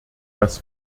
das